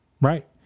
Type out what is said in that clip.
Right